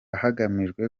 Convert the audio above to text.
hagamijwe